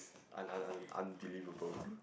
un~ un~ un~ unbelievable